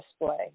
display